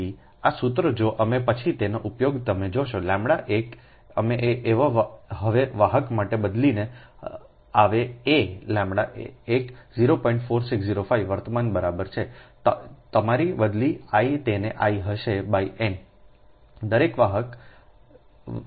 તેથી આ સૂત્ર જો અમે પછી તેનો ઉપયોગ તમે જોશોʎએક અમે હવે વાહક માટે બદલીને આવેએʎએક 04605 વર્તમાન બરાબર છે તમારી બદલે I તેને I હશે n દરેક વાહક વહન I n છે